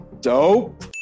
Dope